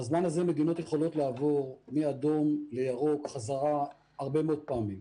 בזמן הזה מדינות יכולות לעבור מאדום לירוק חזרה הרבה מאוד פעמים.